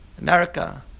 America